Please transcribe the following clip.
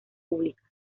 públicas